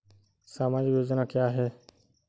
सामाजिक योजना क्या है?